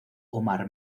omar